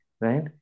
right